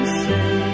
say